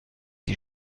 die